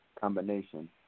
combination